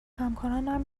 همکارانم